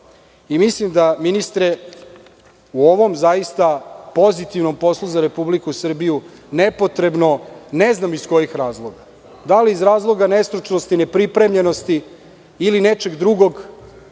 problem. Mislim da, ministre, u ovom zaista pozitivnom poslu za Republiku Srbiju nepotrebno, ne znam iz kojih razloga, da li iz razloga nestručnosti, nepripremljenosti ili nečeg drugog,